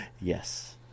Yes